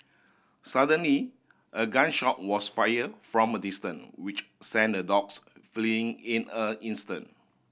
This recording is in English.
suddenly a gun shot was fire from a distance which sent the dogs fleeing in a instant